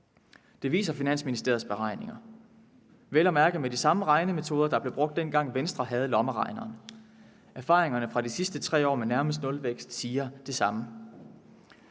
Det viser Finansministeriets beregninger, vel at mærke med de samme regnemetoder, der blev brugt, dengang Venstre havde lommeregneren. Erfaringerne fra de sidste 3 år med nærmest nulvækst siger det samme.